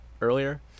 earlier